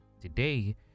today